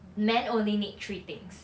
men only need three things